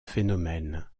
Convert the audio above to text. phénomène